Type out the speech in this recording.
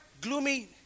gloomy